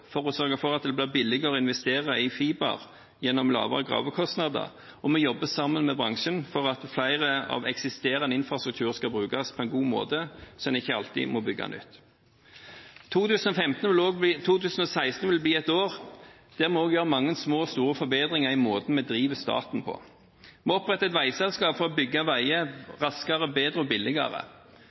for å sørge for at det blir billigere å investere i fiber gjennom lavere gravekostnader, og vi jobber sammen med bransjen for at flere eksisterende infrastrukturer skal brukes på en god måte, så en ikke alltid må bygge nytt. 2016 vil bli et år der vi også gjør mange små og store forbedringer i måten vi driver staten på. Vi oppretter et veiselskap for å bygge veier raskere, bedre og billigere.